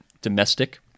Domestic